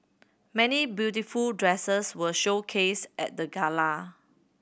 many beautiful dresses were showcased at the gala